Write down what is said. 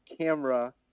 camera